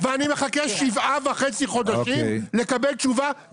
ואני מחכה שבעה וחצי חודשים לקבל תשובה,